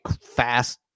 fast